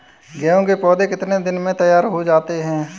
गेहूँ के पौधे कितने दिन में तैयार हो जाते हैं?